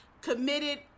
committed